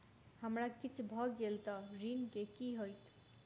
हमरा किछ भऽ गेल तऽ ऋण केँ की होइत?